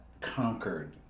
conquered